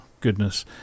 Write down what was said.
goodness